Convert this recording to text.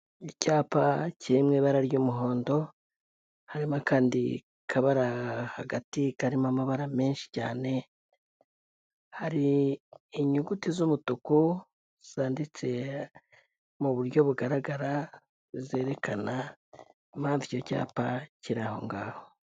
Icyapa kiri mu ibara ry'umuhondo, harimo akandi kabara hagati karimo amabara menshi cyane, hari inyuguti z'umutuku zanditse mu buryo bugaragara zerekana impamvu icyo cyapa kiri aho ngaho.